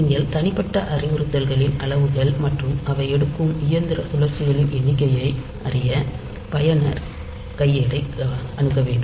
நீங்கள் தனிப்பட்ட அறிவுறுத்தல்களின் அளவுகள் மற்றும் அவை எடுக்கும் இயந்திர சுழற்சிகளின் எண்ணிக்கையை அறிய பயனர் கையேட்டை அணுக வேண்டும்